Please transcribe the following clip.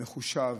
מחושב,